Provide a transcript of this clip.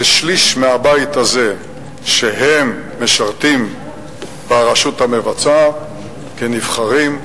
כשליש מהבית הזה שהם משרתים ברשות המבצעת כנבחרים,